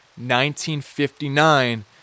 1959